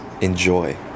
enjoy